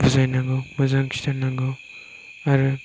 बुजायनांगौ मोजां खिन्थानांगौ आरो